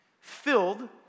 filled